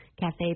cafe